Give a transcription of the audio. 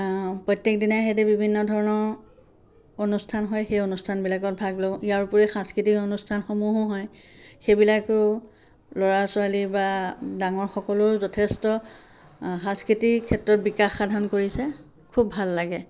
প্ৰত্যেকদিনাই সেইদৰে বিভিন্ন ধৰণৰ অনুষ্ঠান হয় সেই অনুষ্ঠানবিলাকত ভাগ লওঁ ইয়াৰ উপৰি সাংস্কৃতিক অনুষ্ঠানসমূহো হয় সেইবিলাকেও ল'ৰা ছোৱালী বা ডাঙৰ সকলেও যথেষ্ট সাংস্কৃতিৰ ক্ষেত্ৰত বিকাশ সাধন কৰিছে খুব ভাল লাগে